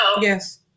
Yes